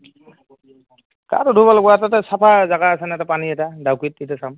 গাটো ধুব লাগিব এ তাতে চাফা জেগা আছে ন এটা পানী এটা ডাউকীত সেইটো চাম